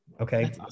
Okay